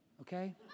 okay